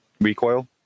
Recoil